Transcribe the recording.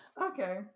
Okay